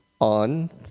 on